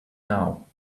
now